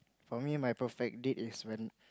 for me my perfect date is when